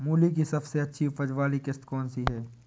मूली की सबसे अच्छी उपज वाली किश्त कौन सी है?